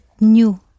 new